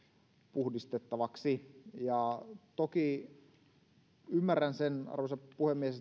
puhdistettavaksi ja toki ymmärrän sen arvoisa puhemies